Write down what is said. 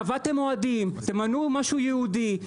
קבעתם מועד אם תמנו משהו ייעודי,